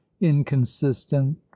inconsistent